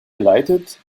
geleitet